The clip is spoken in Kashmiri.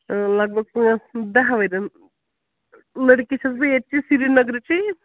لگٕ بگ پٲنٛژھ دَہَن ؤرۍین لٔڑکی چھَس بہٕ ییٚتہِ چی سرینگرٕچی